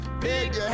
Big